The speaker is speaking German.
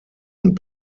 und